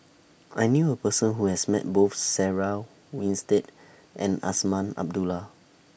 I knew A Person Who has Met Both Sarah Winstedt and Azman Abdullah